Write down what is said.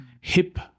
Hip